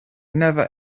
never